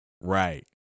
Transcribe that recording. Right